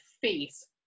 face